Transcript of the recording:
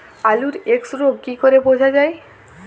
আলুর এক্সরোগ কি করে বোঝা যায়?